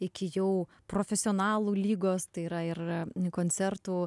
iki jau profesionalų lygos tai yra ir koncertų